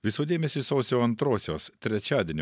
visų dėmesį sausio antrosios trečiadienio